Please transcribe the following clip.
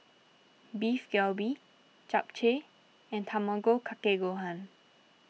Beef Galbi Japchae and Tamago Kake Gohan